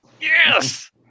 Yes